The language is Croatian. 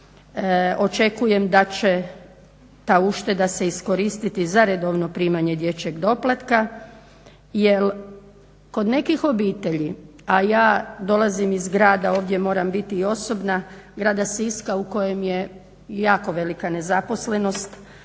očekujem da će ta ušteda se iskoristiti za redovno primanje dječjeg doplatka jer kod nekih obitelji, a ja dolazim iz grada, ovdje moram biti i osobna, grada Siska u kojem je jako velika nezaposlenost,